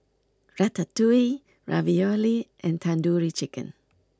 Ratatouille Ravioli and Tandoori Chicken